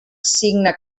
signa